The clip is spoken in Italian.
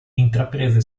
intraprese